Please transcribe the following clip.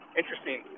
interesting